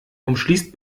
umschließt